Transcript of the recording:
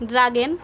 dragon